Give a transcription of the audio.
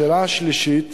לשאלה השלישית: